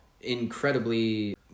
incredibly